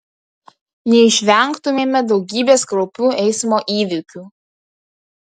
neišvengtumėme daugybės kraupių eismo įvykių